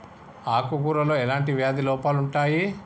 ఆకు కూరలో ఎలాంటి వ్యాధి లోపాలు ఉంటాయి?